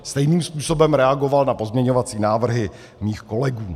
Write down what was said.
Stejným způsobem reagoval na pozměňovací návrhy mých kolegů.